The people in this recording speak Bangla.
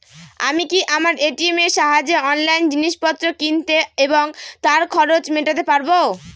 আমি কি আমার এ.টি.এম এর সাহায্যে অনলাইন জিনিসপত্র কিনতে এবং তার খরচ মেটাতে পারব?